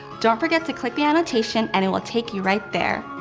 don't forget to click the annotation, and it will take you right there.